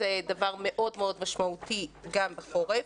זה דבר מאוד מאוד משמעותי גם בחורף.